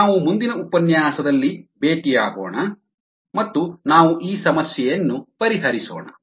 ನಾವು ಮುಂದಿನ ಉಪನ್ಯಾಸದಲ್ಲಿ ಭೇಟಿಯಾಗೋಣ ಮತ್ತು ನಾವು ಈ ಸಮಸ್ಯೆಯನ್ನು ಪರಿಹರಿಸೋಣ